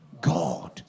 God